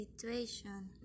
situation